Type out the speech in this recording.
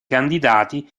candidati